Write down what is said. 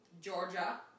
Georgia